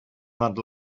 not